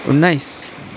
उन्नाइस